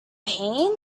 pain